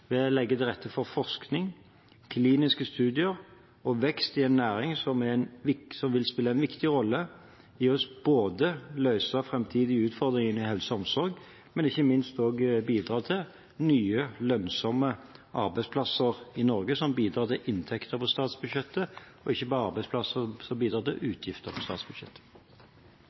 vi ser et taktskifte i helseindustrien. Mye i rapporten tyder på det, og regjeringen ønsker å bidra til et slikt taktskifte ved å legge til rette for forskning, kliniske studier og vekst i en næring som vil spille en viktig rolle i både å løse framtidens utfordringer innen helse og omsorg og ikke minst bidra til nye, lønnsomme arbeidsplasser i Norge – som bidrar til inntekter på statsbudsjettet, ikke